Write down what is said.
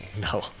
No